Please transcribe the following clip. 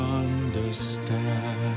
understand